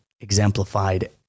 exemplified